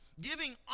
giving